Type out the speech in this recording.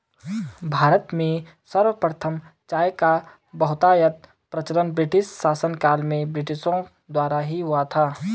भारत में सर्वप्रथम चाय का बहुतायत प्रचलन ब्रिटिश शासनकाल में ब्रिटिशों द्वारा ही हुआ था